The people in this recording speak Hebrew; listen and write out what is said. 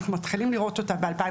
אנחנו מתחילים לראות את התוצאות ב-2021,